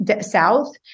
south